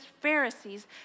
Pharisees